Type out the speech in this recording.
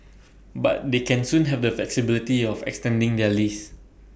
but they can soon have the flexibility of extending their lease